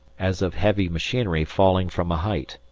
as of heavy machinery falling from a height,